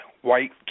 white